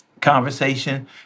conversation